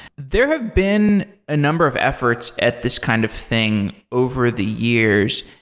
there have been a number of efforts at this kind of thing over the years.